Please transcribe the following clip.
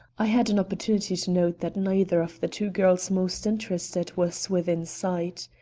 i had an opportunity to note that neither of the two girls most interested was within sight.